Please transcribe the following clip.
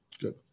Good